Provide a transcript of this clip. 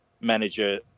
manager